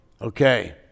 Okay